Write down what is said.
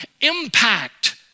impact